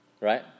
right